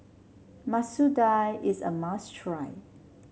Masoor Dal is a must try